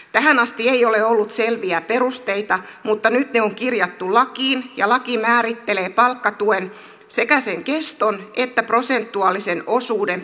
tähän asti ei ole ollut selviä perusteita mutta nyt ne on kirjattu lakiin ja laki määrittelee sekä palkkatuen keston että sen prosentuaalisen osuuden palkasta hyvin tiukoin kriteerein